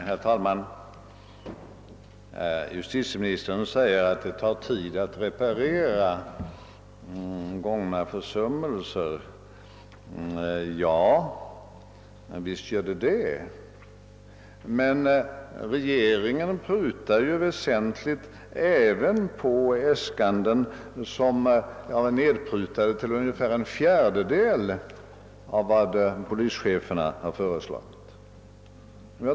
Herr talman! Justitieministern säger att det tar tid att reparera gångna försummelser. Ja visst, men regeringen prutar ju väsentligt även på rikspolisstyrelsens äskanden som är en liten del av vad polischeferna har begärt.